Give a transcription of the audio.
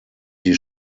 sie